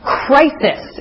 crisis